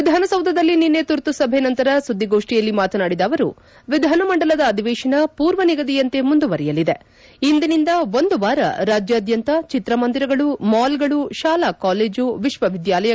ವಿಧಾಸೌಧದಲ್ಲಿ ನಿನ್ನೆ ತುರ್ತುಸಭೆ ನಂತರ ಸುದ್ದಿಗೋಷ್ನಿಯಲ್ಲಿ ಮಾತನಾಡಿದ ಅವರು ವಿಧಾನಮಂಡಲದ ಅಧಿವೇತನ ಪೂರ್ವ ನಿಗದಿಯಂತೆ ಮುಂದುವರೆಯಲಿದೆ ಇಂದಿನಿಂದ ಒಂದು ವಾರ ರಾಜ್ಲಾದ್ಗಂತ ಚಿತ್ರಮಂದಿರಗಳು ಮಾಲ್ಗಳು ಶಾಲಾ ಕಾಲೇಜು ವಿಶ್ವವಿದ್ಯಾಲಯಗಳನ್ನು ಮುಚ್ಚಲಾಗುವುದು